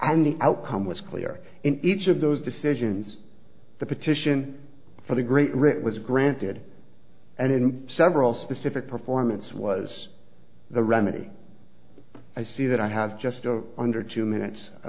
i'm the outcome was clear in each of those decisions the petition for the great writ was granted and in several specific performance was the remedy i see that i have just under two minutes i